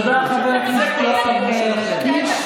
תודה, חבר הכנסת יואב קיש.